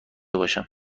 باشم